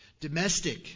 Domestic